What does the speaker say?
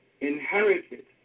inherited